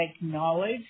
knowledge